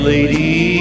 Lady